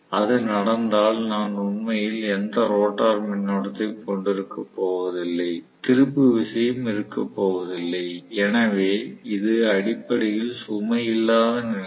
அது நடந்தால் நான் உண்மையில் எந்த ரோட்டார் மின்னோட்டத்தையும் கொண்டிருக்கப் போவதில்லை திருப்பு விசையும் இருக்கப்போவதில்லை எனவே இது அடிப்படையில் சுமை இல்லாத நிலை